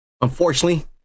Unfortunately